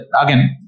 again